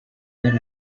that